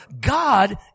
God